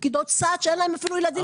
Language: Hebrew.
פקידות סעד שאין להם ילדים,